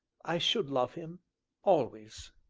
i should love him always!